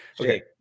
okay